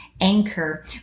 anchor